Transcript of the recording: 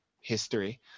history